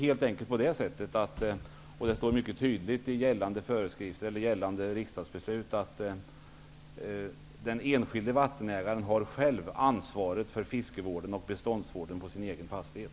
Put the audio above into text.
Helt enkelt därför -- vilket står mycket tydligt i gällande riksdagsbeslut -- att den enskilde vattenägaren själv har ansvaret för fiskevården och beståndsvården på sin egen fastighet.